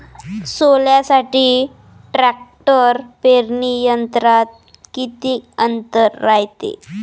सोल्यासाठी ट्रॅक्टर पेरणी यंत्रात किती अंतर रायते?